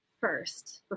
First